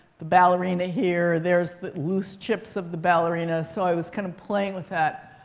the ballerina here there's the loose chips of the ballerina. so i was kind of playing with that.